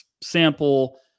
sample